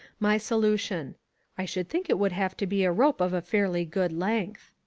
my solution i should think it would have to be a rope of a fairly good length.